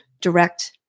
direct